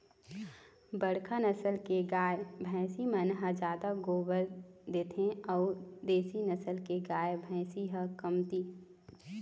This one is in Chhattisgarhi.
बड़का नसल के गाय, भइसी मन ह जादा गोरस देथे अउ देसी नसल के गाय, भइसी ह कमती